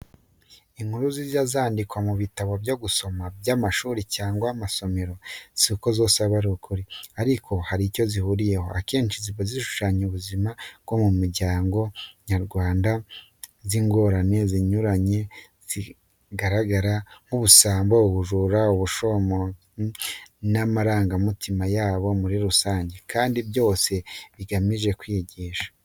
Inkuru zijya zandikwa mu bitabo byo gusoma by'amashuri cyangwa amasomero, si ko zose aba ari ukuri ariko hari icyo zihuriyeho, akenshi ziba zishushanya ubuzima bwo mu muryango nyarwanda n'ingorane zinyuranye zihagaragara nk'ubusambo, ubujura, ubushishozi n'amarangamutima yabo muri rusange, kandi byose bigamije kwigisha.